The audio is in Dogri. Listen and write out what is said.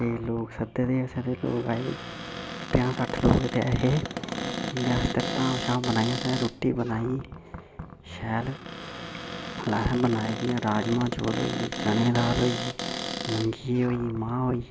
ते लोग सद्दे दे हे असें ते लोग आए पंजांह् सट्ठ लोग ते ऐहे उं'दे आस्तै धाम शाम बनाई असें रुट्टी बनाई शैल असें बनाये जि'यां राजमांह् चोल होइये चने दी दाल होई मूंगी होई मांह् होई